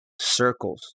circles